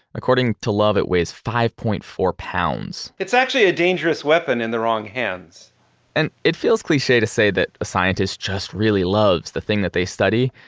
according to love, it weighs five point four pounds it's actually a dangerous weapon in the wrong hands and it feels cliche to say that a scientist just really loves the thing that they study,